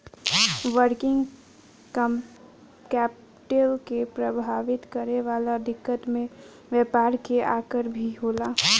working capital के प्रभावित करे वाला दिकत में व्यापार के आकर भी होला